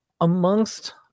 amongst